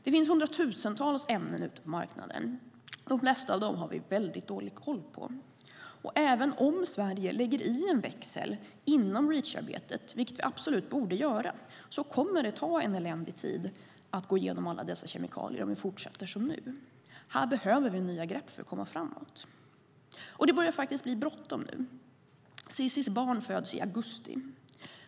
Det finns hundratusentals ämnen ute på marknaden. De flesta av dem har vi väldigt dålig koll på. Även om Sverige lägger i en växel inom Reach-arbetet, vilket vi absolut borde göra, kommer det att ta en eländig tid att gå igenom alla dessa kemikalier om vi fortsätter som nu. Här behöver vi nya grepp för att komma framåt. Det börjar faktiskt bli bråttom nu. Cissis barn föds i augusti.